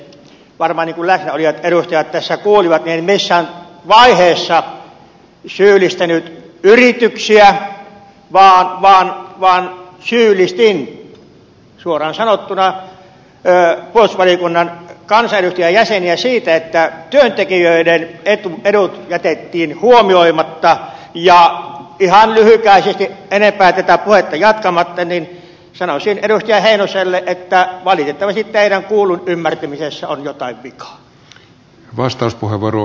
kuten läsnä olevat edustajat tässä varmaan kuulivat en missään vaiheessa syyllistänyt yrityksiä vaan syyllistin suoraan sanottuna puolustusvaliokunnan kansanedustajajäseniä siitä että työntekijöiden edut jätettiin huomioimatta ja ihan lyhykäisesti enempää tätä puhetta jatkamatta sanoisin edustaja heinoselle että valitettavasti teidän kuullun ymmärtämisessänne on jotain vikaa